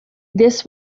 this